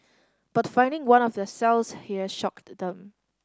but finding one of their cells here shocked them